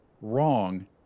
Wrong